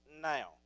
now